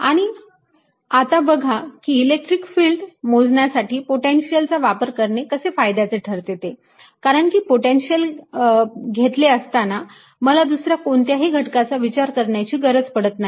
आणि आता बघा की इलेक्ट्रिक फिल्ड मोजण्यासाठी पोटेन्शियल चा वापर करणे कसे फायद्याचे ठरते ते कारण की पोटेन्शिअल घेतले असताना मला दुसऱ्या कोणत्याही घटकाचा विचार करण्याची गरज पडत नाही